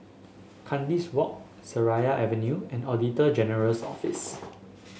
Kandis Walk Seraya Avenue and Auditor General's Office